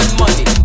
money